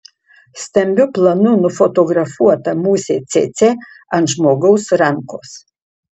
stambiu planu nufotografuota musė cėcė ant žmogaus rankos